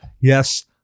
Yes